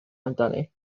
amdani